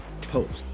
Post